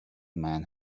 man